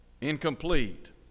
incomplete